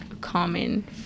common